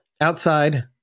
outside